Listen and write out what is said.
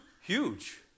Huge